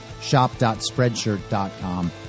Shop.Spreadshirt.com